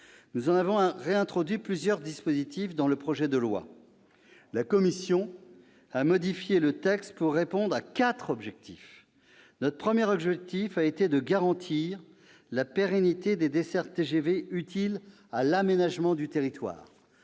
Nous avons réintroduit plusieurs de ces dispositifs dans le présent projet de loi. La commission a modifié le texte en se fixant quatre objectifs. Notre premier objectif a été de garantir la pérennité des dessertes TGV utiles à l'aménagement du territoire.